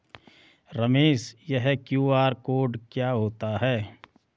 रमेश यह QR code क्या होता है?